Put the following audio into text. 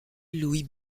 louis